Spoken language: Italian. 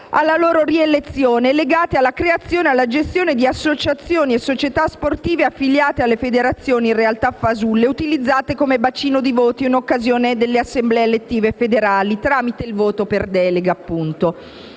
la loro rielezione e legati alla creazione e alla gestione di associazioni e società sportive affiliate alle federazioni, in realtà fasulle, utilizzate come bacino di voti in occasione delle assemblee elettive federali, tramite il voto per delega.